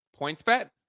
PointsBet